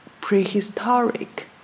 prehistoric